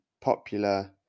popular